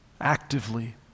Actively